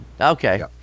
Okay